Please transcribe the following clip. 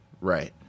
Right